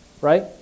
Right